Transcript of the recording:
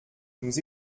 nous